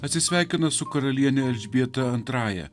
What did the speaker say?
atsisveikina su karaliene elžbieta antrąja